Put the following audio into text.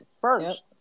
first